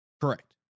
Correct